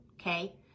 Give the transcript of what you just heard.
okay